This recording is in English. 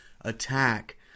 attack